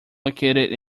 located